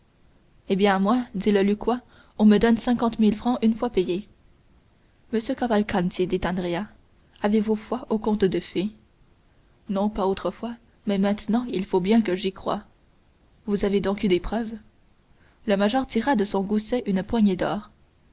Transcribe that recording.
eh bien à moi dit le lucquois on me donne cinquante mille francs une fois payés monsieur cavalcanti dit andrea avez-vous foi aux contes de fées non pas autrefois mais maintenant il faut bien que j'y croie vous avez donc eu des preuves le major tira de son gousset une poignée d'or